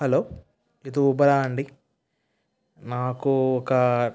hello ఇది ఉబరా అండి నాకు ఒక